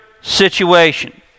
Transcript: situation